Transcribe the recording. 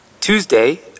Tuesday